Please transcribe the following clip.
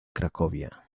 cracovia